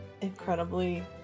incredibly